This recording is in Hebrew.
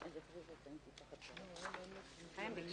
עמ'